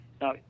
Now